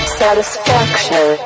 satisfaction